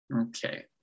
Okay